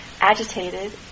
agitated